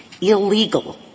illegal